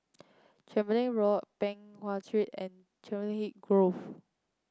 Tembeling Road Peng Nguan Street and Grove